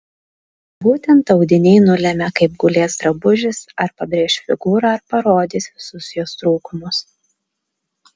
būtent audiniai nulemia kaip gulės drabužis ar pabrėš figūrą ar parodys visus jos trūkumus